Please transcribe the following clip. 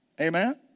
Amen